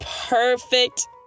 Perfect